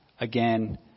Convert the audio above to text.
Again